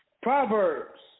Proverbs